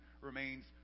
remains